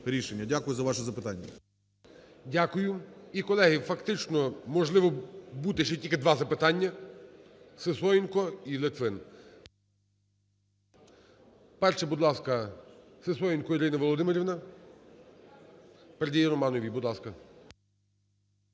Дякую за ваше запитання. ГОЛОВУЮЧИЙ. Дякую. І, колеги, фактично можливо бути ще тільки два запитання. Сисоєнко і Литвин. Перше, будь ласка, Сисоєнко Ірина Володимирівна. Передає Романовій. Будь ласка.